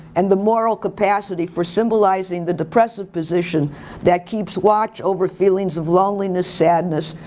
and the moral capacity for symbolizing the depressive position that keeps watch over feelings of loneliness, sadness,